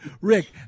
Rick